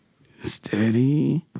steady